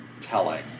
telling